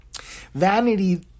Vanity